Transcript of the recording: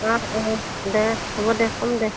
অঁ অঁ দে হ'ব দে ক'ম দে